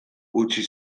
utzi